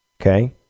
Okay